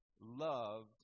loved